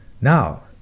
Now